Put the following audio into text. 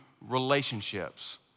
relationships